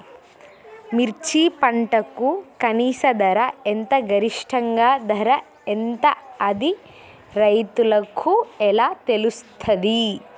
మిర్చి పంటకు కనీస ధర ఎంత గరిష్టంగా ధర ఎంత అది రైతులకు ఎలా తెలుస్తది?